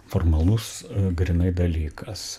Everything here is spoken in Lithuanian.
formalus grynai dalykas